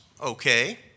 okay